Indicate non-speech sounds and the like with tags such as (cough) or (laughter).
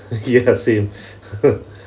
(laughs) ya the same (laughs)